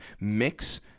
mix